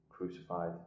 Crucified